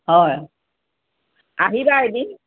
হয় আহিবা এদিন